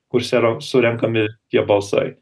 kur serom surenkami tie balsai